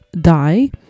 die